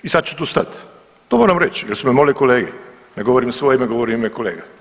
I sad ću tu stati, to moram reći jer su me molile kolege, ne govorim u svoje ime, govorim u ime kolega.